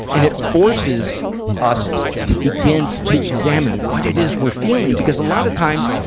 and it forces us to begin to examine what it is we're feeling, because a lot of times,